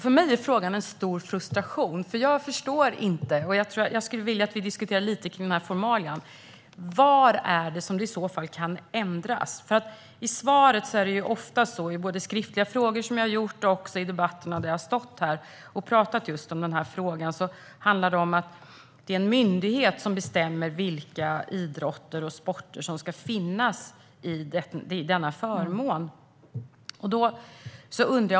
För mig är frågan en källa till stor frustration. Jag förstår inte. Jag skulle vilja att vi diskuterar formalia. Vad är det som kan ändras? Svaret, både på skriftliga frågor och i debatter om frågan här i kammaren, handlar ofta om att det är en myndighet som bestämmer vilka idrotter och sporter som ska finnas med i denna förmån.